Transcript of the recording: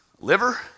liver